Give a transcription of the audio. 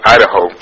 Idaho